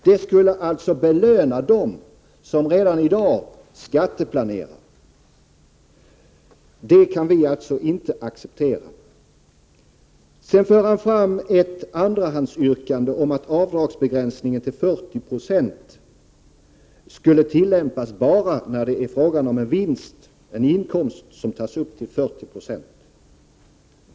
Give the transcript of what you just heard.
Vi skulle alltså belöna dem som redan i dag skatteplanerar. Det kan vi inte acceptera. Bo Lundgren för sedan fram ett andrahands yrkande om att reduceringen till 40 22 bara skulle tillämpas bara när det är fråga om en vinst, dvs. en inkomst skall tas upp till 40 96.